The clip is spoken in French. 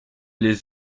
les